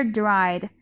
dried